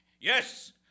Yes